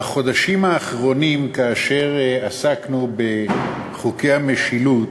בחודשים האחרונים, כאשר עסקנו בחוקי המשילות,